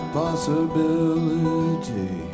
possibility